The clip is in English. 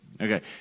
Okay